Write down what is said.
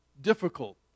difficult